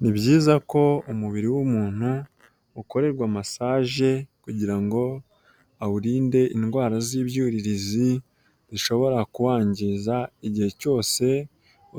Ni byiza ko umubiri w'umuntu ukorerwa masage kugira ngo awurinde indwara z'ibyuririzi zishobora kuwangiza igihe cyose